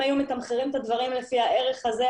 היו מתמחרים את הדברים לפי הערך הזה,